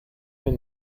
mehr